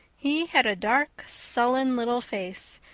he had a dark, sullen little face,